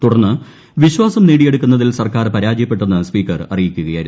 തുടർന്ന് വിശ്വാസം നേടിയെടുക്കുന്നതിൽ സർക്കാർ പരാജയപ്പെട്ടെന്ന് സ്പീക്കർ അറിയിക്കുകയായിരുന്നു